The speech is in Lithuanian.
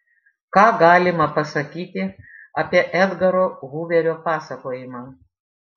ką galima pasakyti apie edgaro huverio pasakojimą